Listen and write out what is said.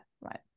right